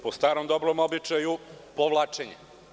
Po starom dobrom običaju, povlačenje.